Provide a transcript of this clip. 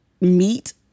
meet